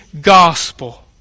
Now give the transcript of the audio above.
gospel